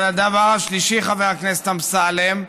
אבל הדבר השלישי, חבר הכנסת אמסלם,